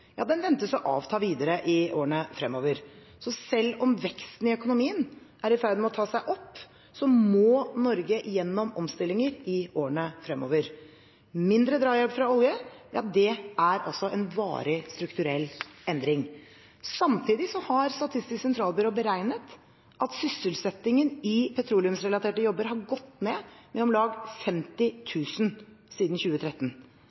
ventes å avta videre i årene fremover. Selv om veksten i økonomien er i ferd med å ta seg opp, må Norge gjennom omstillinger i årene fremover. Mindre drahjelp fra oljevirksomheten er en varig, strukturell endring. Samtidig har Statistisk sentralbyrå beregnet at sysselsettingen i petroleumsrelaterte jobber har gått ned med om lag 50 000 siden 2013.